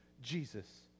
Jesus